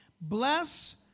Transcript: Bless